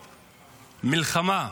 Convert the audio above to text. מלחמה,